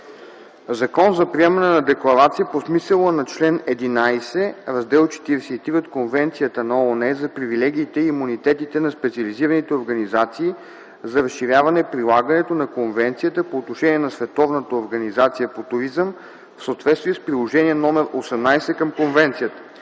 „Закон за приемане на декларация по смисъла на чл. ХІ, Раздел 43 от Конвенцията на ООН за привилегиите и имунитетите на специализираните организации за разширяване прилагането на конвенцията по отношение на Световната организация по туризъм в съответствие с Приложение № 18 към конвенцията”.